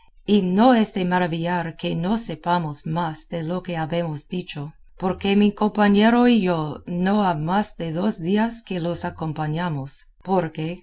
y no es de maravillar que no sepamos más de lo que habemos dicho porque mi compañero y yo no ha más de dos días que los acompañamos porque